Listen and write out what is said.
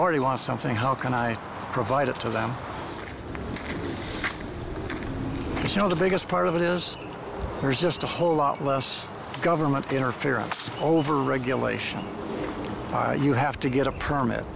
already want something how can i provide it to them and show the biggest part of it is there's just a whole lot less government interference over regulation you have to get a permit